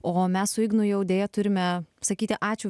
o mes su ignu jau deja turime sakyti ačiū